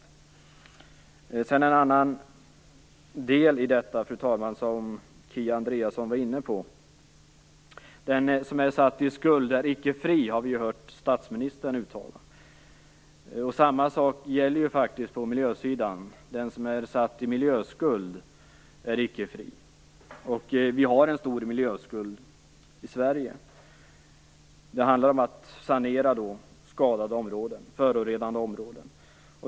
Jag vill också ta upp en annan del i detta, fru talman, som Kia Andreasson var inne på. Den som är satt i skuld är icke fri, har vi hört statsministern uttala. Samma sak gäller faktiskt på miljösidan: Den som är satt i miljöskuld är icke fri. Vi har en stor miljöskuld i Sverige. Det handlar om att sanera skadade och förorenade områden.